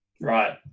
Right